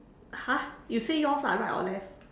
!huh! you say yours ah right or left